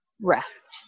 rest